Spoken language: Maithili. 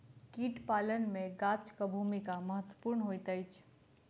कीट पालन मे गाछक भूमिका महत्वपूर्ण होइत अछि